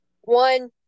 one